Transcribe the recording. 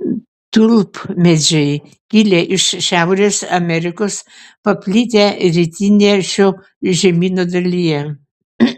tulpmedžiai kilę iš šiaurės amerikos paplitę rytinėje šio žemyno dalyje